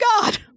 God